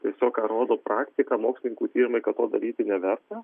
tiesiog ką rodo praktika mokslininkų tyrimai kad to daryti neverta